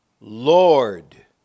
Lord